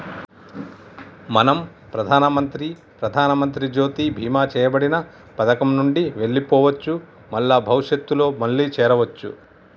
మనం ప్రధానమంత్రి ప్రధానమంత్రి జ్యోతి బీమా చేయబడిన పథకం నుండి వెళ్లిపోవచ్చు మల్ల భవిష్యత్తులో మళ్లీ చేరవచ్చు